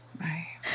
Right